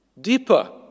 deeper